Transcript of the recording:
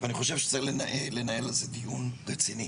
ואני חושב שצריך לנהל על זה דיון רציני.